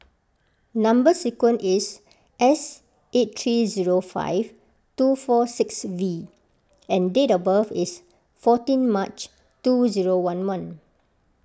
Number Sequence is S eight three zero five two four six V and date of birth is fourteen March two zero one one